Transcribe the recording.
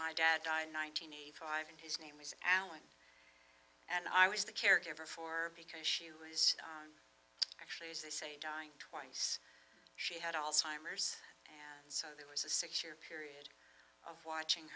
my dad died nine hundred eighty five and his name is alan and i was the caregiver for because she was actually as they say dying twice she had also timers so there was a six year period of watching